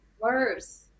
worse